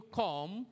come